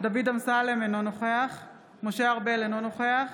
דוד אמסלם, אינו נוכח משה ארבל, אינו נוכח